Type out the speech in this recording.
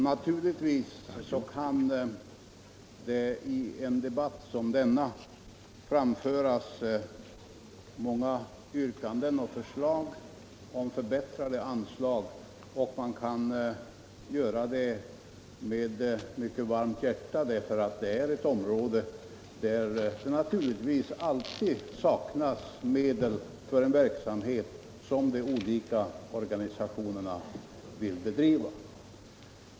Naturligtvis kan man i en debatt som denna framföra många yrkanden och förslag om förbättrade anslag, och man kan göra det med mycket varmt hjärta därför att det gäller ett område där det naturligtvis alltid saknas medel för den verksamhet som de olika organisationerna vill bedriva.